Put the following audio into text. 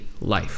life